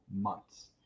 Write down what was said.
months